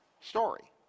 story